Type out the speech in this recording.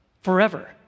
forever